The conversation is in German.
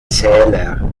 zähler